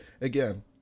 again